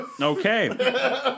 Okay